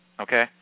Okay